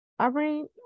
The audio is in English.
Irene